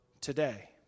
today